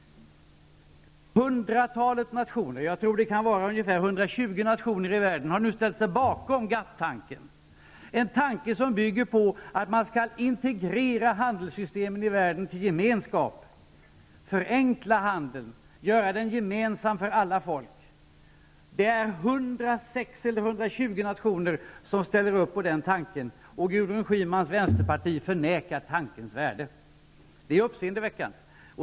Hundratalet nationer -- ungefär 120 -- har nu ställt sig bakom GATT-tanken, en tanke som bygger på att man skall integrera handelssystemen i världen till en gemenskap, förenkla handeln och göra den gemensam för alla folk. Det är omkring 120 nationer som ställer upp på den tanken. Och Gudrun Schymans vänsterparti förnekar tankens värde. Det är uppseendeväckande.